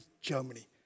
Germany